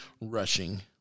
rushing